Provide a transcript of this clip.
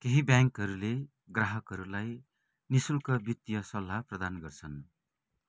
केही ब्याङ्कहरूले ग्राहकहरूलाई निःशुल्क वित्तीय सल्लाह प्रदान गर्छन्